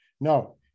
no